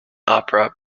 opera